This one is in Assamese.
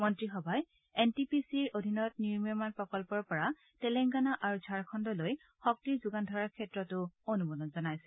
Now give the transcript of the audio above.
মন্ত্ৰীসভাই এন টি পি চিৰ প্ৰকল্পৰ অধীনত নিৰ্মীয়মাণ প্ৰকল্পৰ পৰা তেলেংগানা আৰু ঝাৰখণ্ডলৈ শক্তি যোগান ধৰাৰ ক্ষেত্ৰতো অনুমোদন জনাইছে